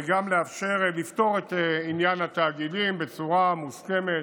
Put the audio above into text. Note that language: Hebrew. וגם לאפשר לפתור את עניין התאגידים בצורה מוסכמת,